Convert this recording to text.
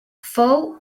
fou